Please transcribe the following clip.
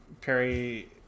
Perry